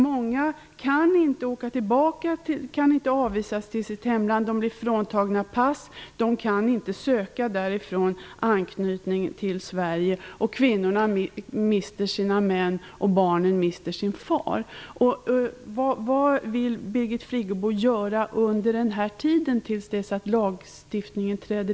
Många kan inte avvisas till sitt hemland, därför att de blir där fråntagna sina pass, och de kan inte därifrån göra ansökan om anhöriganknytning till Sverige. Kvinnorna mister sina män, och barnen mister sina fäder.